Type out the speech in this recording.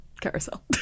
Carousel